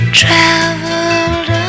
traveled